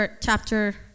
chapter